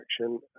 action